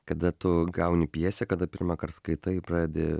kada tu gauni pjesę kada pirmąkart skaitai pradedi